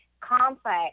complex